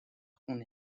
خون